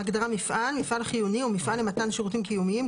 "מפעל" מפעל חיוני או מפעל למתן שירותים קיומיים,